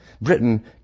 Britain